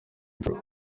bitaro